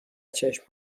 چشم